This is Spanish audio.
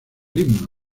himno